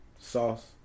Sauce